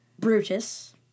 Brutus